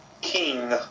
king